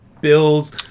Bill's